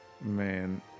Man